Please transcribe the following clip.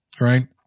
right